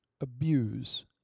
abuse